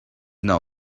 now